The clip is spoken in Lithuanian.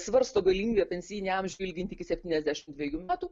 svarsto galimybę pensijinį amžių ilginti iki septyniasdešimt dvejų metų